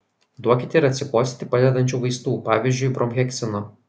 duokite ir atsikosėti padedančių vaistų pavyzdžiui bromheksino